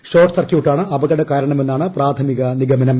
short സർക്യൂട്ടാണ് അപകട കാരണമെന്നാണ് പ്രാഥമിക നിഗമനം